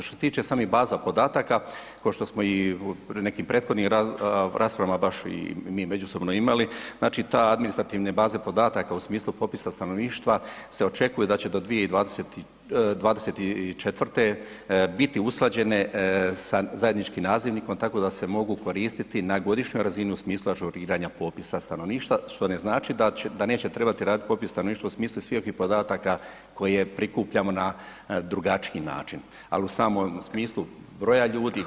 Što se tiče samih baza podataka, ko što i u nekim prethodnim raspravama baš i mi međusobno imali, znači te administrativne baze podataka u smislu popisa stanovništva se očekuju da će do 2024. biti usklađene sa zajedničkim nazivnikom tako da se mogu koristiti na godišnjoj razini u smislu ažuriranja popisa stanovništva što ne znači da neće trebati raditi popis stanovništva u smislu ... podataka koje prikupljamo na drugačiji način ali u samom smislu broja ljudi, ... itd., da.